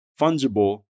fungible